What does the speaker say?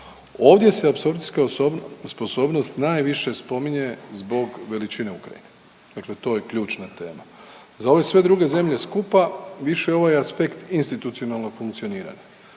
Ovdje se apsorpcijska sposobnost najviše spominje zbog veličine Ukrajine, dakle to je ključna tema, za ove sve druge zemlje skupa više je ovaj aspekt institucionalno funkcioniranje.